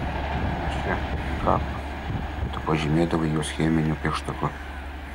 vienas čia ant kaklo tu pažymėdavai juos cheminiu pieštuku